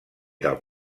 del